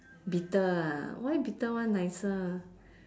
bitter ah why bitter one nicer